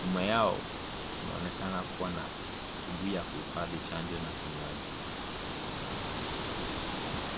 nyuma yao kunaoneka kuwa na kibuyu ya kuhifadhi chanjo na kinywaji.